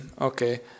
okay